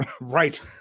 right